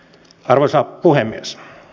arvoisa puhemies